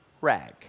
rag